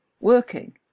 working